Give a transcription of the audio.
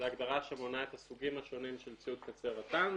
הגדרה שמונה את הסוגים השונים של ציוד קצה רט"ן,